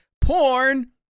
Porn